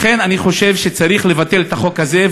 לכן אני חושב שצריך לבטל את החוק הזה,